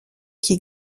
qui